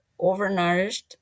overnourished